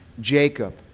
Jacob